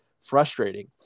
frustrating